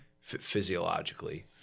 physiologically